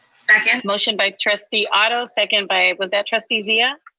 second. motion by trustee otto second by, was that trustee zia?